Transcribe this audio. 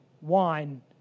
wine